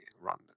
run